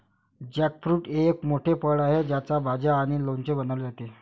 jackfruit हे एक मोठे फळ आहे ज्याच्या भाज्या आणि लोणचे बनवले जातात